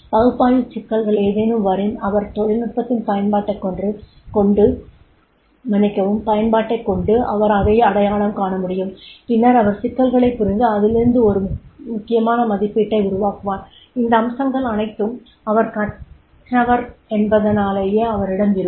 பகுப்பாய்வு சிக்கல்கள் ஏதேனும் வரின் அவர் தொழில்நுட்பத்தின் பயன்பாட்டைக் கொண்டு அவர் அதை அடையாளம் காண முடியும் பின்னர் அவர் சிக்கல்களைப் புரிந்து அதிலிருந்து ஒரு முக்கியமான மதிப்பீட்டை உருவாக்குவார் இந்த அம்சங்கள் அனைத்தும் அவர் கற்றவர் என்பதனாலேயே அவரிடம் இருக்கும்